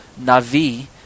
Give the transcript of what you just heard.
Navi